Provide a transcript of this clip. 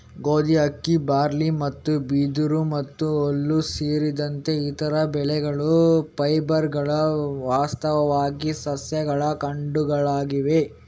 ಗೋಧಿ, ಅಕ್ಕಿ, ಬಾರ್ಲಿ ಮತ್ತು ಬಿದಿರು ಮತ್ತು ಹುಲ್ಲು ಸೇರಿದಂತೆ ಇತರ ಬೆಳೆಗಳ ಫೈಬರ್ಗಳು ವಾಸ್ತವವಾಗಿ ಸಸ್ಯಗಳ ಕಾಂಡಗಳಾಗಿವೆ